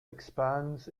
expands